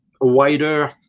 wider